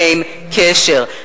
אין קשר.